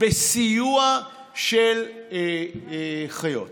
בסיוע של חיות,